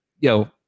Yo